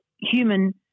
human